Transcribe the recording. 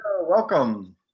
Welcome